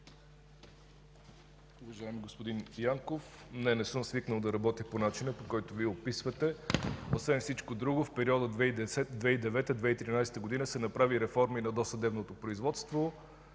Уважаеми господин Янков, не, не съм свикнал да работя по начина, който Вие описвате. Освен всичко друго, през периода 2009 – 2013 г. се направи реформа и на досъдебното производство.